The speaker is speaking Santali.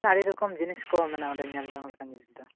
ᱟᱹᱰᱤ ᱨᱚᱠᱚᱢ ᱡᱤᱱᱤᱥᱠᱚ ᱢᱮᱱᱟᱜᱼᱟ ᱚᱸᱰᱮ ᱧᱮᱞᱡᱚᱝ ᱞᱮᱠᱟᱱ ᱡᱤᱱᱤᱥ ᱫᱚ